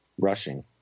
rushing